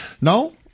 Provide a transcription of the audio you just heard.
no